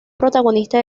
protagonista